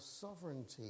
sovereignty